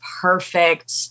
perfect